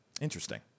interesting